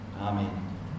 Amen